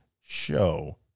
show